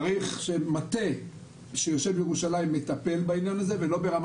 צריך שהמטה שיושב בירושלים יטפל בענין הזה ולא ברמה